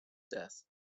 death